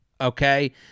okay